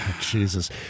Jesus